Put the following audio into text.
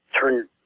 turn